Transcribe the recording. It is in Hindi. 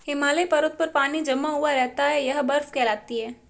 हिमालय पर्वत पर पानी जमा हुआ रहता है यह बर्फ कहलाती है